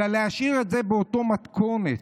אלא להשאיר את זה באותה מתכונת,